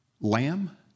lamb